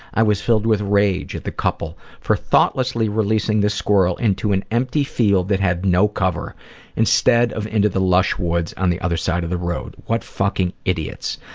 i was filled with rage at the couple for thoughtlessly releasing this squirrel into an empty field that had no cover instead of into the lush woods on the other side of the road. what fucking idiots.